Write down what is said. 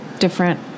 different